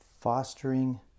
fostering